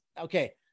okay